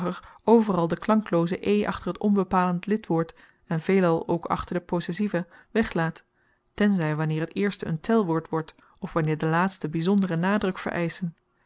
overal de klanklooze e achter het onbepalend lidwoord en veelal ook achter de possessiva weglaat tenzij wanneer het eerste een telwoord wordt of wanneer de laatsten bijzonderen nadruk vereischen